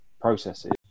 processes